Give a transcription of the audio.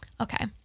okay